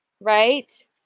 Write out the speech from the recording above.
right